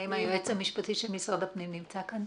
האם היועץ המשפטי של משרד הפנים נמצא כאן,